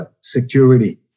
Security